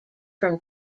from